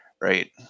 Right